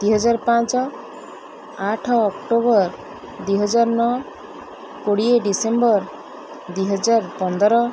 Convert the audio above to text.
ଦୁଇହଜାର ପାଞ୍ଚ ଆଠ ଅକ୍ଟୋବର ଦୁଇହଜାର ନଅ କୋଡ଼ିଏ ଡିସେମ୍ବର ଦୁଇହଜାର ପନ୍ଦର